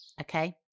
Okay